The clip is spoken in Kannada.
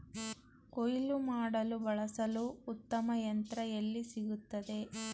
ಕುಯ್ಲು ಮಾಡಲು ಬಳಸಲು ಉತ್ತಮ ಯಂತ್ರ ಎಲ್ಲಿ ಸಿಗುತ್ತದೆ?